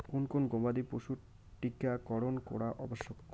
কোন কোন গবাদি পশুর টীকা করন করা আবশ্যক?